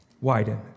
widen